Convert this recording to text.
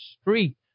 street